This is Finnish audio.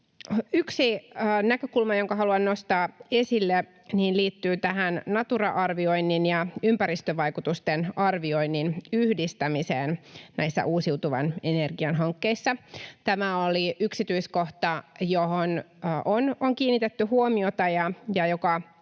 Yksi näkökulma, jonka haluan nostaa esille, liittyy tähän Natura-arvioinnin ja ympäristövaikutusten arvioinnin yhdistämiseen näissä uusiutuvan energian hankkeissa. Tämä oli yksityiskohta, johon on kiinnitetty huomiota ja joka